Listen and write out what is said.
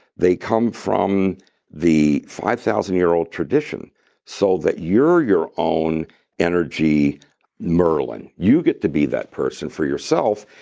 they come from the five thousand year old tradition so that you're your own energy merlin. you get to be that person for yourself.